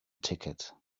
ticket